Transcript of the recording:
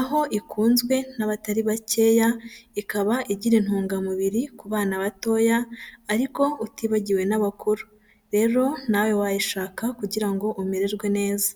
aho ikunzwe n'abatari bakeya, ikaba igira intungamubiri ku bana batoya ariko utibagiwe n'abakuru. Rero nawe wayishaka kugira ngo umererwe neza.